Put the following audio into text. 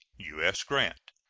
u s. grant.